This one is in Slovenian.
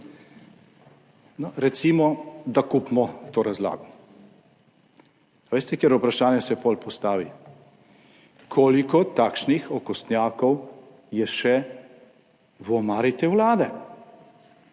Recimo, da kupimo to razlago. A veste, katero vprašanje se potem postavi? Koliko takšnih okostnjakov je še v omari te Vlade?